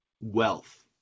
wealth